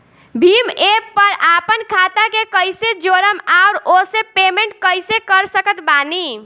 Bhim app पर आपन खाता के कईसे जोड़म आउर ओसे पेमेंट कईसे कर सकत बानी?